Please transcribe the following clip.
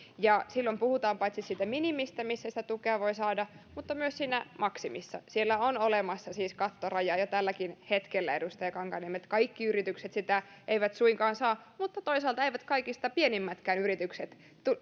ja silloin puhutaan paitsi siitä minimistä missä sitä tukea voi saada mutta myös siitä maksimista siellä on olemassa siis kattoraja jo tälläkin hetkellä edustaja kankaanniemi kaikki yritykset sitä eivät suinkaan saa mutta toisaalta eivät kaikista pienimmätkään yritykset